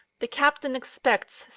the captain expects,